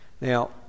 Now